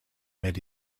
met